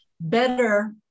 better